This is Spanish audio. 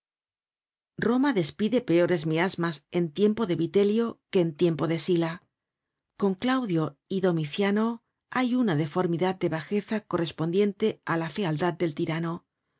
roma despide peores miasmas en tiempo de vitelio que en tiempo de sila con claudio y doniciano hay una deformidad de bajeza correspondiente á la fealdad del tirano